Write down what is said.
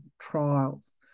trials